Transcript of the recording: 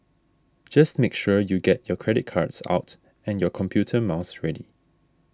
just make sure you get your credit cards out and your computer mouse ready